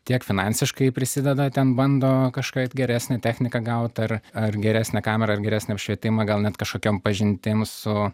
tiek finansiškai prisideda ten bando kažkokią geresnę techniką gaut ar ar geresnę kamerą ar geresnį apšvietimą gal net kažkokiom pažintim su